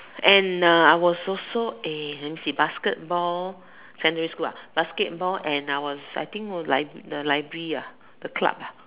and uh I was also in let me see basketball secondary school ah basketball and I was I think library the library ah the club ah